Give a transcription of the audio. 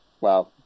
Wow